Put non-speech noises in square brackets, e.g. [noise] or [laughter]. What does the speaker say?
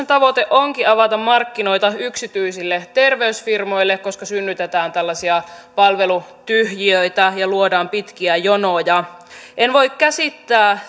[unintelligible] tavoite onkin avata markkinoita yksityisille terveysfirmoille koska synnytetään tällaisia palvelutyhjiöitä ja luodaan pitkiä jonoja en voi käsittää [unintelligible]